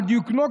על דיוקנו,